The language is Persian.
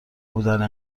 بودن